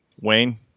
Wayne